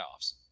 playoffs